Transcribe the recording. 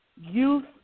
youth